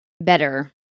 better